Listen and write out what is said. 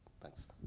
Thanks